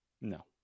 No